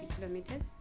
kilometers